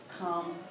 come